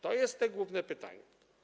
To jest to główne pytanie.